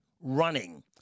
running